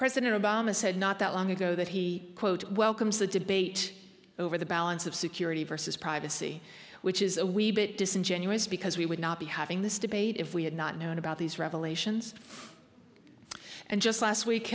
president obama said not that long ago that he quote welcomes the debate over the balance of security versus privacy which is a wee bit disingenuous because we would not be having this debate if we had not known about these revelations and just last week